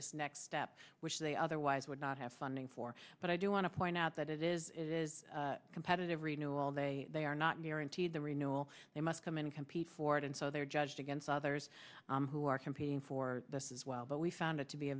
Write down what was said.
this next step which they otherwise would not have funding for but i do want to point out that it is competitive renu all day they are not guaranteed the renewal they must come and compete for it and so they're judged against others who are competing for us as well but we found it to be